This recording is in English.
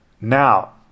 Now